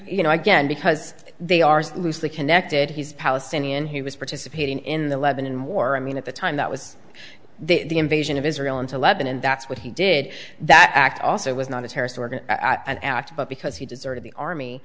you know again because they are loosely connected he's palestinian he was participating in the lebanon war i mean at the time that was the invasion of israel into lebanon that's what he did that act also was not a terrorist organization and act but because he deserted the army